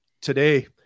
today